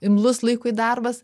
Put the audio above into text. imlus laikui darbas